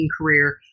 career